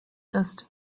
ist